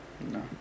No